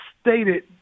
stated